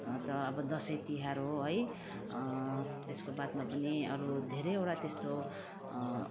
त अब दसैँ तिहार हो है त्यसको बादमा पनि अरू धेरैवटा त्यस्तो